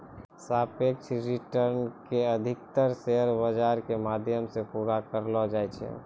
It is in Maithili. सापेक्ष रिटर्न के अधिकतर शेयर बाजार के माध्यम से पूरा करलो जाय छै